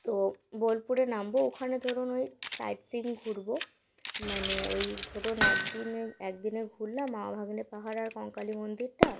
তো বোলপুরে নামবো ওখানে ধরুন ওই সাইড সিন ঘুরবো মানে ওই ধরুন একদিনে একদিনে ঘুরলাম মামা ভাগ্নে পাহাড় আর কঙ্কালি মন্দিরটা